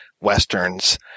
Westerns